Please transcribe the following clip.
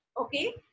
okay